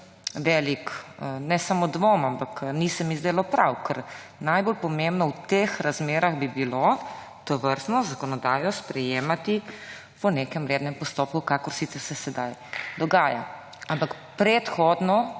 velik ne samo dvom, ampak ni se mi zdelo prav, ker najbolj pomembno v teh razmerah bi bilo tovrstno zakonodajo sprejemati po nekem rednem postopku, kakor se sedaj dogaja. Ampak predhodno